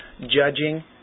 judging